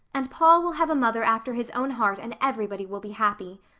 and paul will have a mother after his own heart and everybody will be happy.